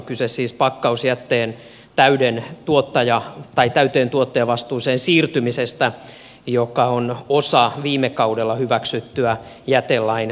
kyse on siis pakkausjätteen täyteen tuottajavastuuseen siirtymisestä joka on osa viime kaudella hyväksyttyä jätelain kokonaisuudistusta